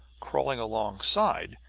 crawling alongside,